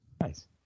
Nice